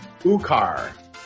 Ucar